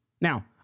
Now